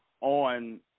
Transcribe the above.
on